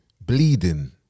bleeding